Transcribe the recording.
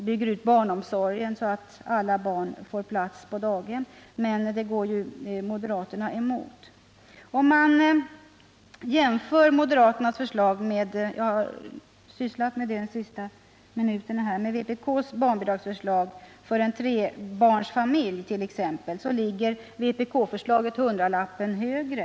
bygga ut barnomsorgen så att alla barn får plats på daghem, men det går ju moderaterna emot. Jämför man moderaternas förslag med vpk:s barnbidragsförslag — som jag har gjort de senaste minuterna — för t.ex. en trebarnsfamilj finner man att vpk-förslaget ligger hundralappen högre.